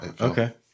okay